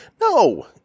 No